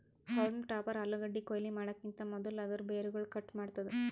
haulm topper ಆಲೂಗಡ್ಡಿ ಕೊಯ್ಲಿ ಮಾಡಕಿಂತ್ ಮದುಲ್ ಅದೂರ್ ಬೇರುಗೊಳ್ ಕಟ್ ಮಾಡ್ತುದ್